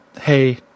hey